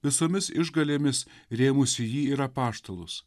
visomis išgalėmis rėmusi jį ir apaštalus